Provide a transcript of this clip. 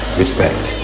respect